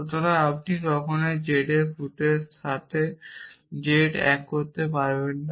সুতরাং আপনি কখনই z এর ফুটের সাথে z এক করতে পারবেন না